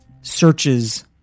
searches